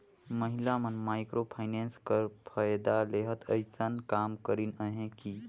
महिला मन micro finance कर फएदा लेहत अइसन काम करिन अहें कि